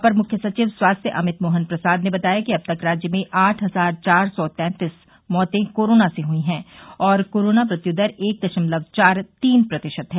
अपर मुख्य सचिव स्वास्थ्य अमित मोहन प्रसाद ने बताया कि अब तक राज्य में आठ हजार चार सौ तैंतीस मौते कोरोना से हुई हैं और कोरोना मृत्यु दर एक दशमलव चार तीन प्रतिशत है